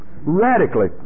radically